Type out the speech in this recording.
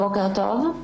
בוקר טוב.